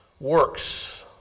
works